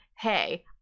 hey